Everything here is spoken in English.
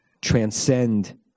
transcend